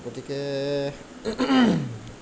গতিকে